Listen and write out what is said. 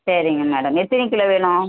சரிங்க மேடம் எத்தனை கிலோ வேணும்